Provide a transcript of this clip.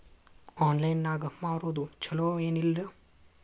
Online ನಾಗ್ ಮಾರೋದು ಛಲೋ ಏನ್ ಇಲ್ಲ?